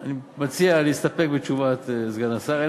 אני מציע להסתפק בתשובת סגן השר,